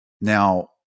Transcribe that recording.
Now